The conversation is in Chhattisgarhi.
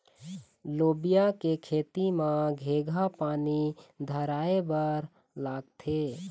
लोबिया के खेती म केघा पानी धराएबर लागथे?